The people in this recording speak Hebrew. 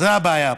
זו הבעיה פה.